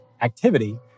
activity